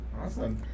awesome